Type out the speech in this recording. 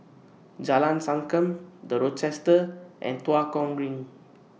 Jalan Sankam The Rochester and Tua Kong Green